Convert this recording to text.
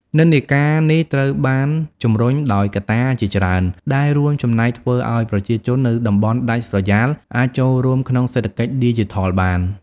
និន្នាការនេះត្រូវបានជំរុញដោយកត្តាជាច្រើន ដែលរួមចំណែកធ្វើឲ្យប្រជាជននៅតំបន់ដាច់ស្រយាលអាចចូលរួមក្នុងសេដ្ឋកិច្ចឌីជីថលបាន។